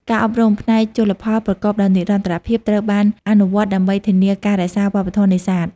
ការអប់រំ ផ្នែកជលផលប្រកបដោយនិរន្តរភាពត្រូវបានអនុវត្តដើម្បីធានាការរក្សាវប្បធម៌នេសាទ។